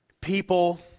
people